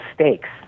stakes